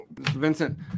Vincent